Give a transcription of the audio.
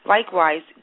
Likewise